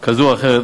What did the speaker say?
כזו או אחרת